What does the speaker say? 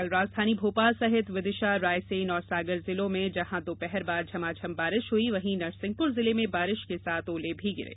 कल राजधानी भोपाल सहित विदिशा रायसेन और सागर जिलों में जहां दोपहर बाद झमाझम बारिश हुई वहीं नरसिंहपुर जिले में बारिश के साथ ओले भी गिरे